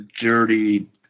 dirty